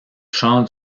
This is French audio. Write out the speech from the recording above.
chant